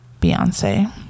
Beyonce